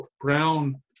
brown